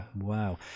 Wow